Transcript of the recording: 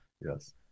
Yes